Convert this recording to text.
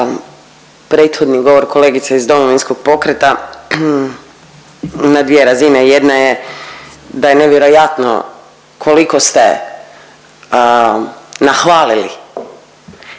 prethodni govor kolegice iz Domovinskog pokreta na dvije razine, jedna je da je nevjerojatno koliko ste nahvalili